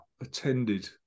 attended